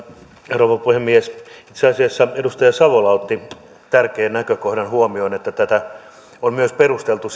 rouva puhemies itse asiassa edustaja savola otti tärkeän näkökohdan huomioon että tätä on myös perusteltu